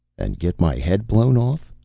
and get my head blown off?